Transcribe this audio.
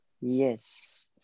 Yes